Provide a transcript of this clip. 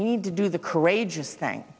we need to do the courageous thing